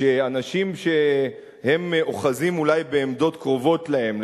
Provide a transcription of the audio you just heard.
שאנשים שאוחזים אולי בעמדות קרובות להם,